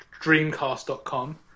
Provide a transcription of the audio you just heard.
dreamcast.com